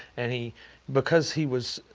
and he because he was,